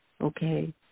okay